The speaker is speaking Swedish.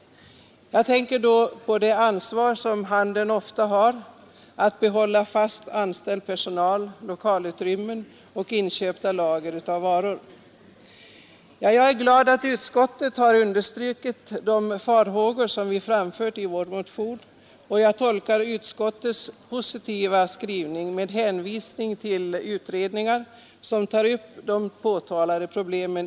Jag tänker på det ansvar som handeln ofta har när det gäller att behålla fast anställd personal, lokalutrymmen och inköp där varor hålles i lager. Jag är glad över att utskottet har understrukit de farhågor som vi framfört i vår motion, och jag tolkar utskottets skrivning som positiv. Utskottet hänvisar till pågående utredning, som behandlar de i motionen påtalade problemen.